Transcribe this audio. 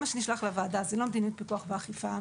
מה שנשלח לוועדה זה לא מדיניות פיקוח ואכיפה.